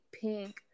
pink